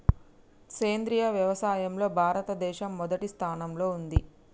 సేంద్రియ వ్యవసాయంలో భారతదేశం మొదటి స్థానంలో ఉంది